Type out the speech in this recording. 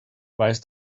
weißt